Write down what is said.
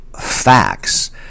facts